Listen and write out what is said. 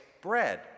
bread